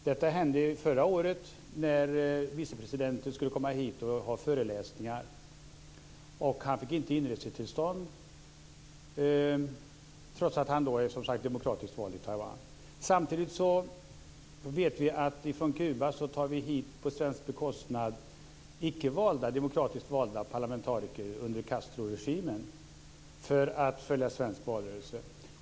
Detta hände förra året, när vicepresidenten skulle komma hit och hålla föreläsningar. Han fick inte inresetillstånd, trots att han är demokratiskt vald i Samtidigt vet vi att man från Kuba på svensk bekostnad tar hit icke demokratiskt valda parlamentariker från Castroregimen för att dessa skall följa svensk valrörelse.